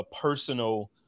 personal